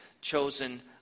chosen